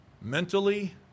Mentally